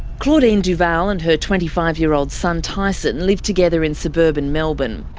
claudine duval and her twenty five year old son tyson live together in suburban melbourne.